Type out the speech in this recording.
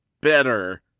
better